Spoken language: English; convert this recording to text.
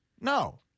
No